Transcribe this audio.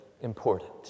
important